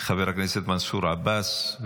חבר הכנסת מנסור עבאס,